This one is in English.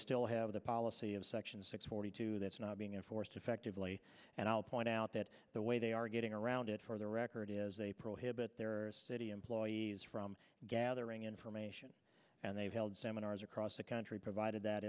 still have the policy of section six forty two that's not being enforced effectively and i'll point out that the way they are getting around it for the record is they prohibit their city employees from gathering information and they've held seminars across the country provided that